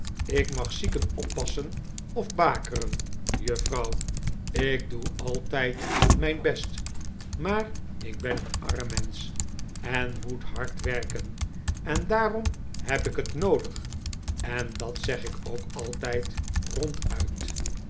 ik mag zieken oppassen of bakeren juffrouw ik doe altijd mijn best maar ik ben een arm mensch en moet hard werken en daarom heb ik het noodig en dat zeg ik ook altijd ronduit